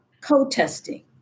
co-testing